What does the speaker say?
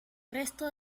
resto